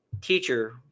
Teacher